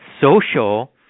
social